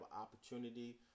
opportunity